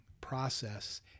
process